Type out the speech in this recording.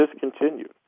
discontinued